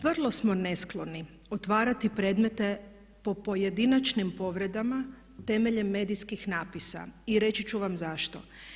Vrlo smo neskloni otvarati predmete po pojedinačnim povredama temeljem medijskih natpisa i reći ću vam zašto.